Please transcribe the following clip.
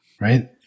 Right